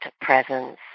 presence